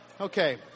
okay